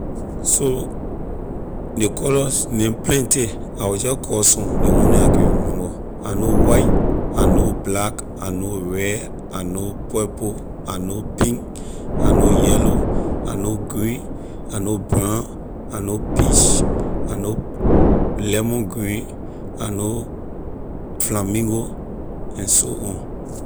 So ley colors neh plenty I will jeh call some ley one neh I can remember, I know white I know black I know red I know purple I know pink I know yellow I know green I know brown I know peach I know lemon green I know flamingo and so on.